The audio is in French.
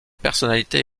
personnalité